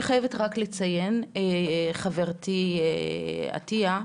אני חייבת רק לציין, חברתי עטיה,